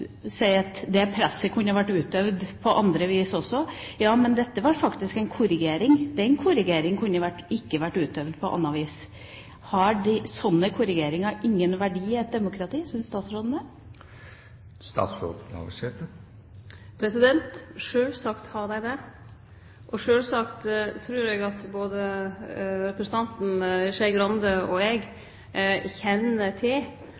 presset kunne vært utøvd på andre vis også. Ja, men dette var faktisk en korrigering. Den korrigeringen kunne ikke vært utøvd på annet vis. Har sånne korrigeringer ingen verdi i et demokrati – syns statsråden det? Sjølvsagt har dei det. Eg trur at både representanten Skei Grande og